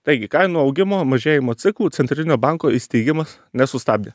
taigi kainų augimo mažėjimo ciklų centrinio banko įsteigimas nesustabdė